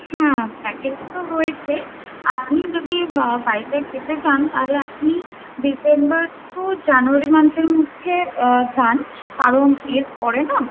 হ্যাঁ প্যাকেজ তো রয়েছে আপনি যদি ভাইজ্যাগ যেতে চান তাহলে আপনি ডিসেম্বর টু জানুয়ারি মান্থের মধ্যে যান কারণ এর পরে না